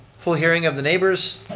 full hearing of the neighbors.